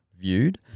viewed